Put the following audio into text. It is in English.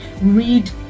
Read